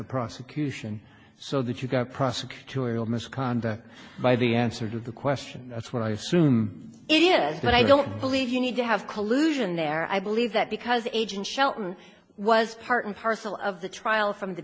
the prosecution so that you've got prosecutorial misconduct by the answer to the question that's what i assume it is but i don't believe you need to have collusion there i believe that because agent shelton was part and parcel of the trial from the